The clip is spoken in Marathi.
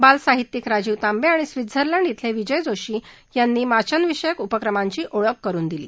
बाल साहित्यिक राजीव तांबे आणि स्वित्झंलड झेले विजय जोशी यांनी वाचन विषयक उपक्रमांची ओळख करून दिली